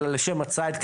אלא לשם הציד,